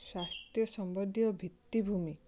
ସ୍ଵାସ୍ଥ୍ୟ ସମ୍ଭାଧିଅ ଭିତିଭୂମି